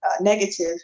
negative